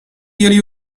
jullie